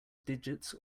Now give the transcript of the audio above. digits